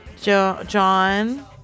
John